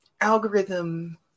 algorithm